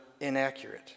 inaccurate